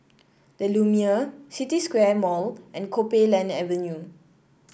the Lumiere City Square Mall and Copeland Avenue